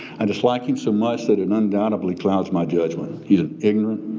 i dislike him so much that it undoubtedly clouds my judgment. he's an ignorant,